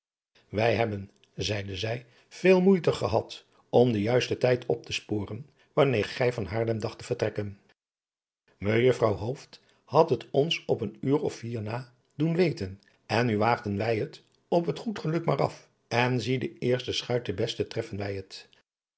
wij hebben zeide zij veel moeite gehad om den juisten tijd op te sporen wanneer gij van haarlem dacht te vertrekken mejuffrouw hooft had het ons op een uur of vier na doen weten en nu waagden wij het op het goed geluk maar af en zie de eerste schuit de beste treffen wij het